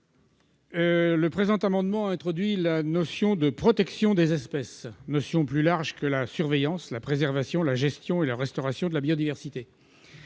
Le présent amendement introduit la notion de « protection des espèces », qui est plus large que celle de « surveillance, préservation, gestion et restauration de la biodiversité